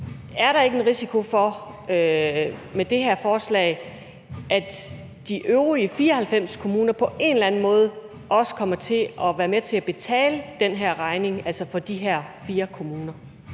her forslag en risiko for, at de øvrige 94 kommuner på en eller anden måde også kommer til at være med til at betale den her regning, altså for de her 4 kommuner?